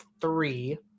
three